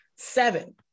Seven